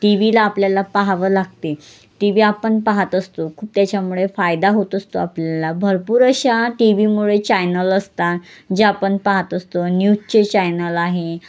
T व्हीला आपल्याला पहावं लागते टी व्ही आपण पाहत असतो खूप त्याच्यामुळे फायदा होत असतो आपल्याला भरपूर अशा टी व्हीमुळे चायनल असतात जे आपण पाहत असतो न्यूजचे चॅनल आहे